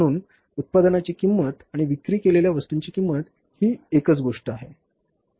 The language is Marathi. म्हणून उत्पादनाची किंमत आणि विक्री केलेल्या वस्तूंची किंमत ही एकच गोष्ट आहे